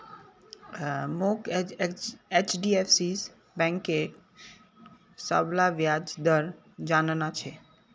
मोक एचडीएफसी बैंकेर सबला ब्याज दर जानना छ